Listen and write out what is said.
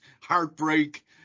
heartbreak